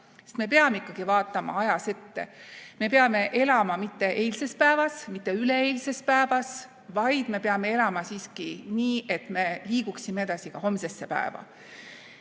me peame ikkagi vaatama ajas ette. Me peame elama mitte eilses päevas, mitte üleeilses päevas, vaid me peame elama siiski nii, et me liiguksime edasi ka homsesse päeva.